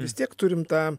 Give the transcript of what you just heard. vis tiek turim tą